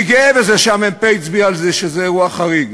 אני גאה בזה שהמ"פ הצביע על זה שזה אירוע חריג,